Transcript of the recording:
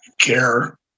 care